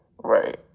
Right